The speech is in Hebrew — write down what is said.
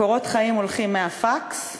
קורות החיים הולכים מהפקס למגרסה.